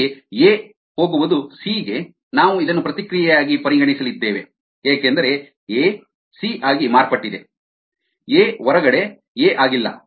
ಅಂತೆಯೇ ಎ ಹೋಗುವುದು ಸಿ ಗೆ ನಾವು ಇದನ್ನು ಪ್ರತಿಕ್ರಿಯೆಯಾಗಿ ಪರಿಗಣಿಸಲಿದ್ದೇವೆ ಏಕೆಂದರೆ ಎ ಸಿ ಆಗಿ ಮಾರ್ಪಟ್ಟಿದೆ ಎ ಹೊರಗಡೆ ಎ ಆಗಿಲ್ಲ